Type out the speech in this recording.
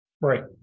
Right